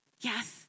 Yes